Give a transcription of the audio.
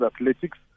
athletics